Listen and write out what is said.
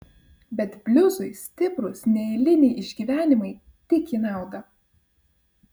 bet bliuzui stiprūs neeiliniai išgyvenimai tik į naudą